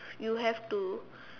you have to